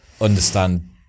understand